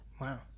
wow